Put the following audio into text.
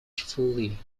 fully